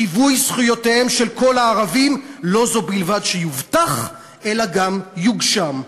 שיווי זכויותיהם של כל הערבים לא זו בלבד שיובטח אלא גם יוגשם".